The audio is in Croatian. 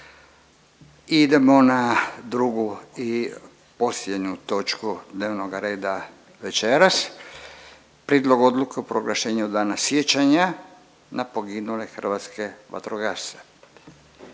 Idemo na drugu i posljednju točku dnevnoga reda večeras: - Prijedlog odluke o proglašenju „Dana sjećanja na poginule hrvatske vatrogasce“